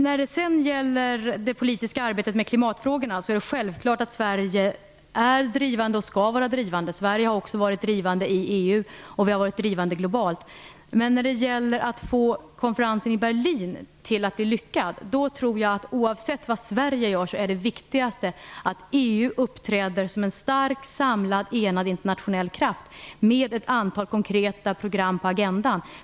När det sedan gäller det politiska arbetet med klimatfrågorna är det självklart att Sverige är drivande och skall vara drivande. Sverige har också varit drivande både i EU och globalt. Men om det gäller att få konferensen i Berlin att bli lyckad, tror jag att oavsett vad Sverige gör är det viktigaste att EU uppträder som en stark, samlad och enad internationell kraft med ett antal konkreta program på agendan.